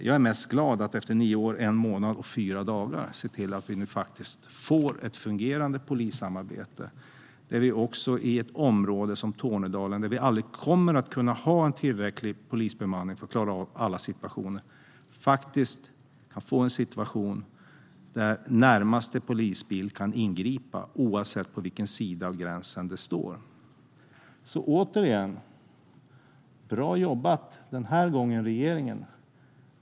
Jag är mest glad att vi efter nio år, en månad och fyra dagar ser till att faktiskt få ett fungerande polissamarbete så att vi också i ett område som Tornedalen, där vi aldrig kommer att kunna ha tillräcklig polisbemanning för att klara av alla situationer, kan få en situation där närmaste polisbil kan ingripa oavsett på vilken sida av gränsen den står. Återigen: Bra jobbat den här gången, regeringen!